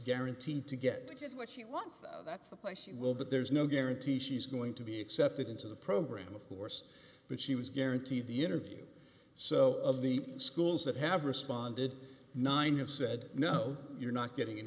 guaranteed to get just what she wants that's the place she will but there's no guarantee she's going to be accepted into the program of course but she was guaranteed the interview so of the schools that have responded nine have said no you're not getting an